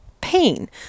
pain